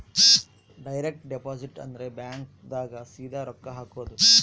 direct deposit ಅಂದ್ರ bank ದಾಗ ಸೀದಾ ರೊಕ್ಕ ಹಾಕೋದು